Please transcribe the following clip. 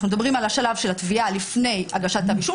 אנחנו מדברים על השלב של התביעה לפני הגשת כתב אישום,